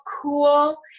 cool